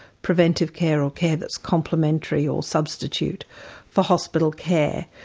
preventive care, or care that's complementary or substitute for hospital care.